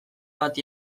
bat